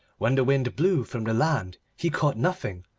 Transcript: when the wind blew from the land he caught nothing,